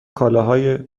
کالاهای